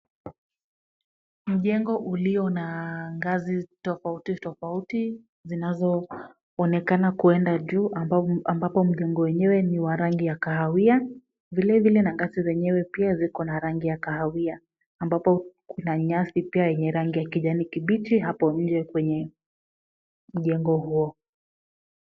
Mjengo ulio na ngazi tofauti tofauti zinazoonekana kwenda juu ambapo mjengo wenyewe ni wa rangi ya kahawia, vile vile na ngazi zenyewe pia ziko na rangi ya kahawia, ambapo kuna nyasi pia yenye rangi ya kijani kibichi hapo nje kwenye mjengo huo.